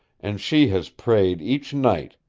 and she has prayed each night,